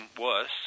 worse